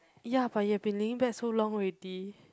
ya but you have been leaning back so long already